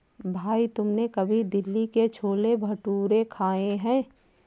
भाई तुमने कभी दिल्ली के छोले भटूरे खाए हैं?